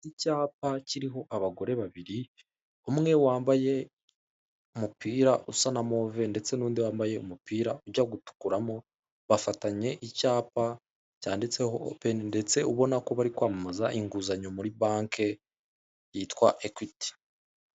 Icyapa kiriho abagore babiri, umwe wambaye umupira usa na move ndetse n'undi wambaye umupira ujya gutukuramo bafatanye icyapa cyanditseho openi ndetse ubona ko barikwamamaza inguzanyo muri banke byitwa ekwiti.